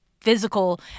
physical